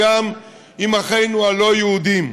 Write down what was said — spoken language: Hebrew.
גם עם אחינו הלא-יהודים.